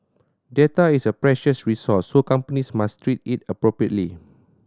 data is a precious resource so companies must treat it appropriately